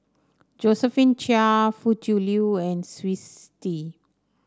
Josephine Chia Foo Tui Liew and Twisstii